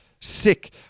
sick